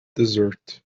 desert